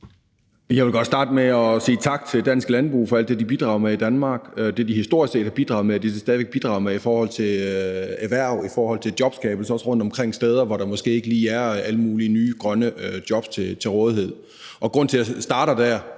Jeg vil godt starte med at sige tak til dansk landbrug for alt det, de bidrager med i Danmark – det, de historisk set har bidraget med, og det, de stadig væk bidrager med, i forhold til erhverv og jobskabelse rundtomkring på steder, hvor der måske ikke lige er alle mulige nye grønne jobs til rådighed. Grunden til, jeg starter der,